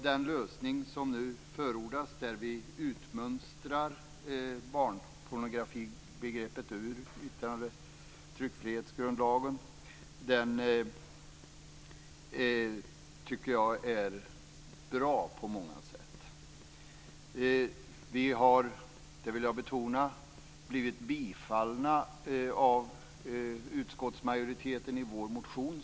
Den lösning som nu förordas, där vi utmönstrar barnpornografibegreppet ur yttrandefrihetsgrundlagen och tryckfrihetsförordningen, tycker jag är bra på många sätt. Vi har - det vill jag betona - blivit bifallna av utskottsmajoriteten vad gäller vår motion.